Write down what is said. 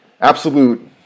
absolute